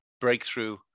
breakthrough